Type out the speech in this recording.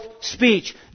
speech